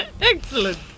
Excellent